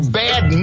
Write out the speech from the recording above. bad